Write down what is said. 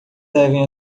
devem